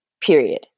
period